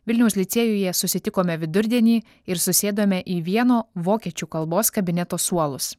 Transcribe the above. vilniaus licėjuje susitikome vidurdienį ir susėdome į vieno vokiečių kalbos kabineto suolus